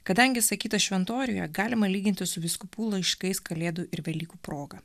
kadangi sakyta šventoriuje galima lyginti su vyskupų laiškais kalėdų ir velykų proga